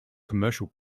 commercial